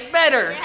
better